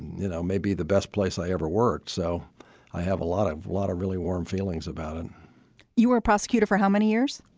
you know, maybe the best place i ever worked. so i have a lot of lot of really warm feelings about it you were a prosecutor for how many years?